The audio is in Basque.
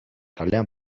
kalean